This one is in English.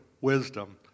wisdom